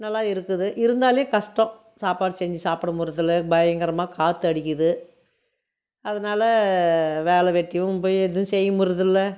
நல்லா இருக்குது இருந்தாலும் கஷ்டம் சாப்பாடு செஞ்சு சாப்பிட முடிறதுல்ல பயங்கரமாக காற்றடிக்குது அதனால் வேலை வெட்டியும் போயிடுது செய்ய முடிறதுல்ல